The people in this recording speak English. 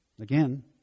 Again